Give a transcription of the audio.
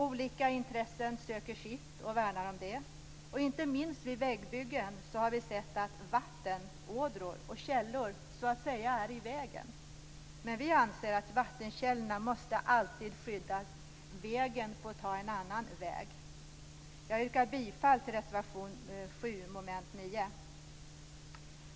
Olika intressen söker sitt och värnar om det. Inte minst vid vägbyggen har vi sett att vattenådror och vattenkällor så att säga är i vägen. Vi anser att vattenkällorna alltid måste skyddas. Vägen får ta en annan väg.